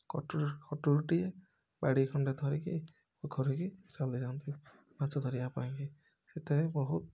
କଟୁରୀ କଟୁରୀଟିଏ ବାଡ଼ି ଖଣ୍ଡେ ଧରିକି ପୋଖରୀକି ଚାଲି ଯାଆନ୍ତି ମାଛ ଧରିବା ପାଇଁକି ସେତେବେଳେ ବହୁତ୍